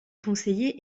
conseillers